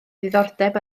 diddordeb